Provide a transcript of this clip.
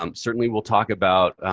um certainly, we'll talk about